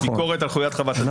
ביקורת על חוליית חוות הדעת.